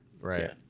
right